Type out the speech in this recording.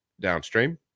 downstream